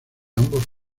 ambos